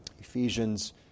Ephesians